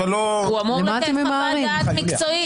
הוא אמור לתת חוות דעת מקצועית.